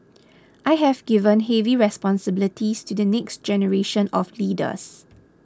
I have given heavy responsibilities to the next generation of leaders